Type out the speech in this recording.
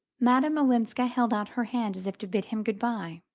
madame olenska held out her hand as if to bid him goodbye.